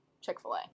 Chick-fil-A